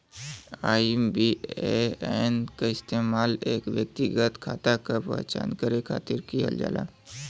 IBAN क इस्तेमाल एक व्यक्तिगत खाता क पहचान करे खातिर किहल जाला